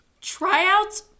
tryouts